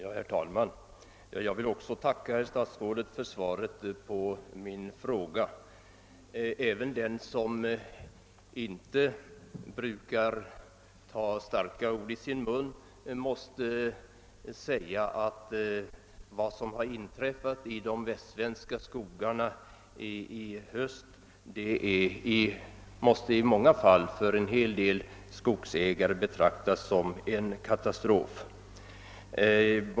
Herr talman! Också jag vill tacka herr statsrådet för svaret på min fråga. Även den som inte brukar ta starka ord i sin mun måste säga att vad som i höst inträffat i de västsvenska skogarna för drabbade skogsägare i många fall måste te sig som en katastrof.